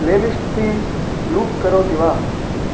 playlist themes loop करोति वा